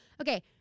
Okay